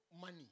Money